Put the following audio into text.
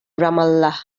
ramallah